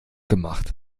gemacht